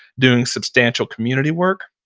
doing substantial community work,